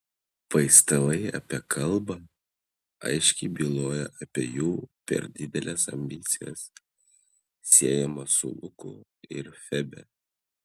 paistalai apie kalbą aiškiai byloja apie jų per dideles ambicijas siejamas su luku ir febe